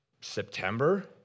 September